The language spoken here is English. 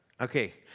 Okay